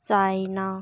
China